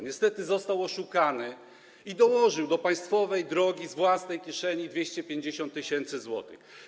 Niestety został oszukany i dołożył do państwowej drogi z własnej kieszeni 250 tys. zł.